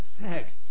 sex